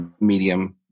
medium